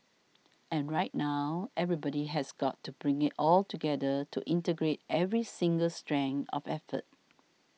and right now everybody has got to bring it all together to integrate every single strand of effort